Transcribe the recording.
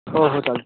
हो हो चालते